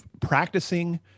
practicing